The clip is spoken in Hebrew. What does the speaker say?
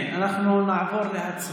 תודה.